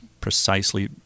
precisely